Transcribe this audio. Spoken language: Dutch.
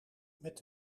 met